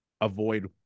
avoid